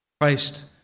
Christ